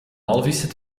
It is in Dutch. walvissen